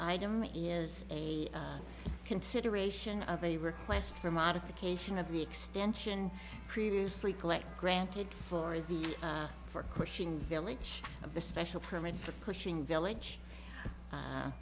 item is a consideration of a request for modification of the extension previously collect granted for the for cushing village of the special permit for pushing village